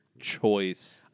choice